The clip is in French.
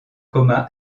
coma